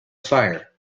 fire